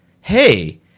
hey